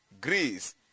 greece